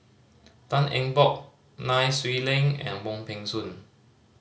Tan Eng Bock Nai Swee Leng and Wong Peng Soon